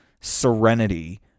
serenity